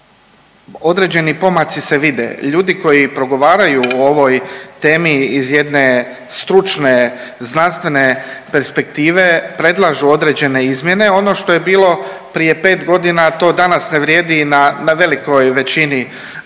Određeni pomaci se vide, ljudi koji progovaraju u ovoj temi iz jedne stručne, zdravstvene perspektive predlažu određene izmjene. Ono što je bilo prije pet godina to danas ne vrijedi na velikoj većini područja,